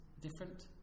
different